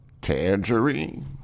Tangerine